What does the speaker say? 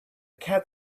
cat